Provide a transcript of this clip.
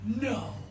No